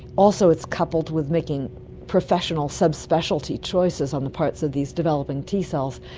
also it's coupled with making professional subspecialty choices on the parts of these developing t cells.